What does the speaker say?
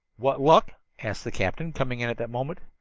what luck? asked the captain, coming in at that moment.